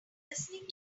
listening